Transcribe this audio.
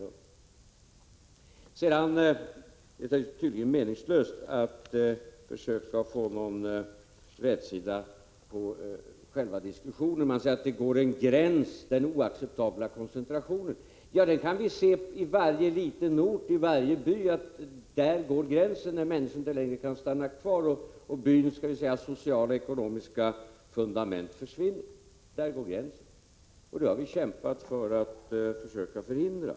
Sedan är det tydligen meningslöst att försöka få någon rätsida på själva diskussionen. Man säger att det går en gräns och talar om den oacceptabla koncentrationen. Ja, var gränsen går — alltså när människor inte längre kan stanna kvar — kan vi se i varje liten ort, i varje by. Där byns sociala och ekonomiska fundament försvinner, där går gränsen. Detta har vi kämpat för att förhindra.